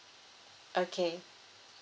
okay